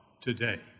today